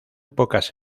pocas